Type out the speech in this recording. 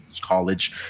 college